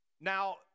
Now